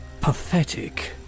pathetic